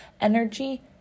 Energy